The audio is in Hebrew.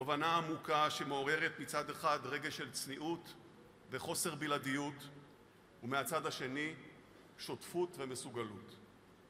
תובנה עמוקה שמעוררת מצד אחד רגש של צניעות וחוסר בלעדיות, ומהצד השני שותפות ומסוגלות.